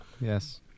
Yes